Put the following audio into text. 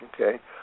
Okay